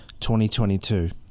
2022